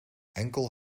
enkel